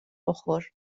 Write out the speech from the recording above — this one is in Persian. بخور